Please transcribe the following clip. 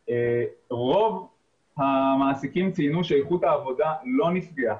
רוב המעסיקים ציינו שאיכות העבודה לא נפגעה,